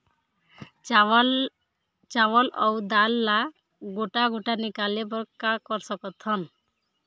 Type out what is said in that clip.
चावल अऊ दाल ला गोटा गोटा निकाले बर का कर सकथन?